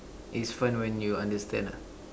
it's fun when you understand lah